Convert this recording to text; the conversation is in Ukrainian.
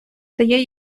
дає